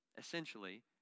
essentially